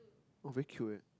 oh very cute eh